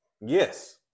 Yes